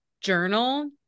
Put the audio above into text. journal